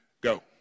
Go